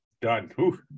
done